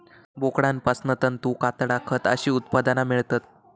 बोकडांपासना तंतू, कातडा, खत अशी उत्पादना मेळतत